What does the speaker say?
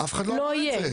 אף אחד לא אמר את זה.